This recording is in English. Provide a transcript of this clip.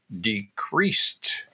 decreased